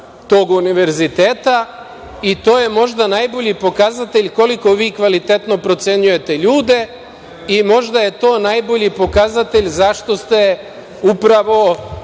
tog Univerziteta i to je možda najbolji pokazatelj koliko vi kvalitetno procenjujete ljude i možda je to najbolji pokazatelj zašto ste upravo